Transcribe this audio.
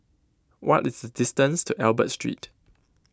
what is the distance to Albert Street